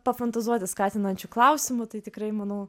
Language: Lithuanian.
pafantazuoti skatinančiu klausimu tai tikrai manau